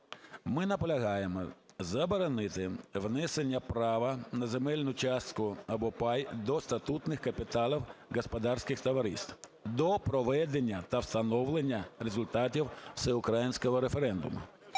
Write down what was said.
Ми наполягаємо заборонити внесення права на земельну частку або пай до статутних капіталів господарських товариств до проведення та встановлення результатів всеукраїнського референдуму.